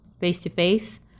face-to-face